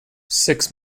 six